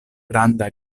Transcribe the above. granda